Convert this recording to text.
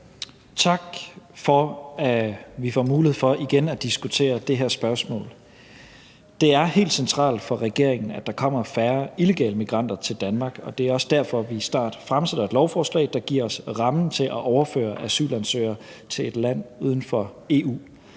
Tak for, at vi igen får mulighed for at diskutere det her spørgsmål. Det er helt centralt for regeringen, at der kommer færre illegale migranter til Danmark, og det er også derfor, vi snart fremsætter et lovforslag, der giver os rammen til at overføre asylansøgere til et land uden for EU.